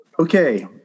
Okay